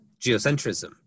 geocentrism